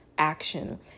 Action